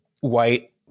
white